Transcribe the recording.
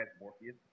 Morpheus